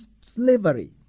slavery